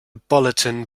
bulletin